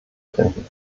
finden